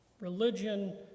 Religion